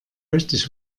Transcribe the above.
richtig